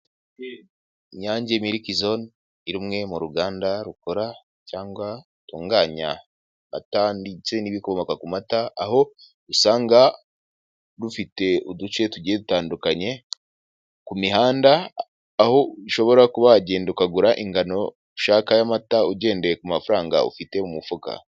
Inyange miriki zone ni rumwe mu ruganda rukora cyangwa rutunganya atanditse n'ibikomoka ku mata aho usanga rufite uduce tugiye dutandukanye, ku mihanda aho ushobora kuba wagenda ukagura ingano ushaka y'amata ugendeye ku mafaranga ufite mu mufuka.